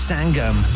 Sangam